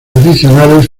adicionales